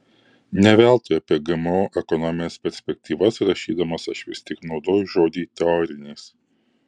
ne veltui apie gmo ekonomines perspektyvas rašydamas aš vis tik naudoju žodį teorinės